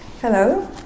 Hello